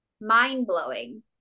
mind-blowing